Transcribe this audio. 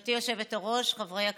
גברתי היושבת-ראש, חברי הכנסת,